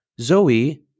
Zoe